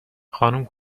خانوم